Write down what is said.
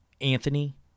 Anthony